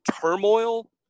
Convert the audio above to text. turmoil